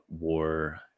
war